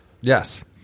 Yes